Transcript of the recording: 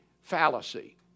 fallacy